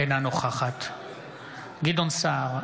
אינה נוכחת גדעון סער,